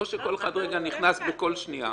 לא שכל אחד ייכנס לדבריה כל שנייה.